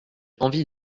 envie